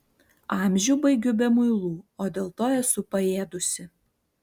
amžių baigiu be muilų o dėl to esu paėdusi